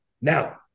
Now